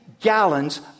gallons